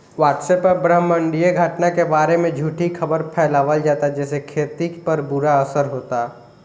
WhatsApp पर ब्रह्माण्डीय घटना के बारे में झूठी खबर फैलावल जाता जेसे खेती पर बुरा असर होता